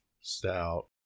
stout